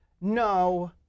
No